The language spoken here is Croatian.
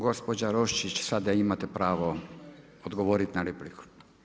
Gospođa Roščić, sada imate pravo odgovoriti na repliku.